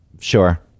Sure